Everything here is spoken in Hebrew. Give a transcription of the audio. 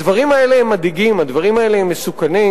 הדברים האלה הם מדאיגים והם מסוכנים,